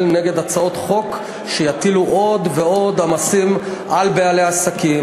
נגד הצעות חוק שיטילו עוד ועוד עומסים על בעלי עסקים,